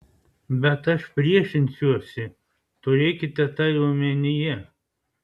bet aš priešinsiuosi turėkite tai omenyje